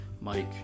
Mike